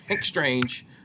strange